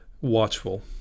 watchful